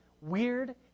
weird